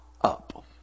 up